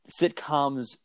sitcoms